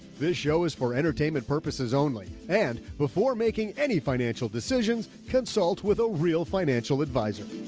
this show is for entertainment purposes only, and before making any financial decisions, consult with a real financial advisor.